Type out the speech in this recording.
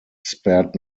spared